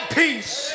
peace